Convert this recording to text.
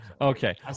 okay